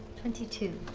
twenty two.